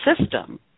system